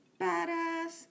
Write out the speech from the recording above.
badass